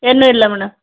ಏನು ಇಲ್ಲ ಮೇಡಮ್